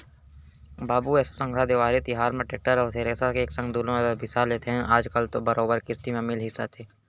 बाबू एसो संघरा देवारी तिहार म टेक्टर अउ थेरेसर ल एके संग दुनो ल बिसा लेतेन आज कल तो बरोबर किस्ती म मिल ही जाथे